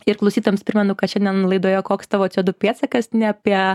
ir klausytojams primenu kad šiandien laidoje koks tavo c o du pėdsakas ne apie